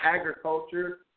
agriculture